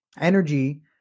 energy